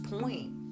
point